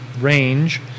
range